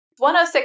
106